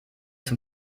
zum